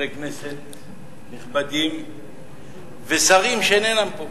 חברי כנסת נכבדים ושרים שאינם פה,